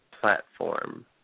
platform